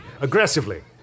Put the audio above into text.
Aggressively